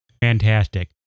Fantastic